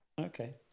okay